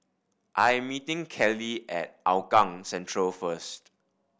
I am meeting Kellee at Hougang Central first